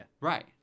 Right